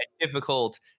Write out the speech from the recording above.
difficult